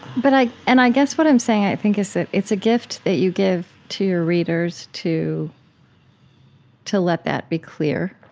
but i and i guess what i'm saying, i think, is that it's a gift that you give to your readers to to let that be clear.